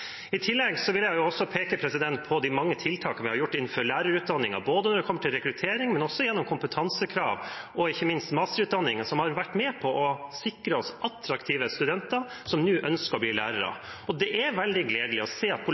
I tillegg vil jeg peke på de mange tiltakene vi har gjort innenfor lærerutdanningen når det kommer til rekruttering, men også gjennom kompetansekrav og ikke minst masterutdanningen, som har vært med på å sikre oss attraktive studenter som nå ønsker å bli lærere. Det er veldig gledelig å se at